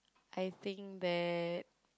I think that